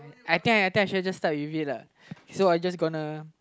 I think I think I'm just gonna start with it ah so I'm just gonna